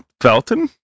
Felton